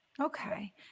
Okay